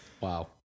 Wow